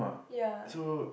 ya